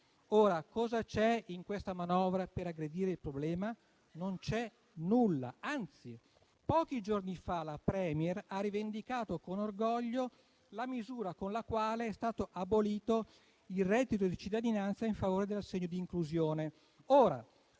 non c'è nulla per aggredire questo problema; anzi, pochi giorni fa la *Premier* ha rivendicato con orgoglio la misura con la quale è stato abolito il reddito di cittadinanza in favore dell'assegno di inclusione.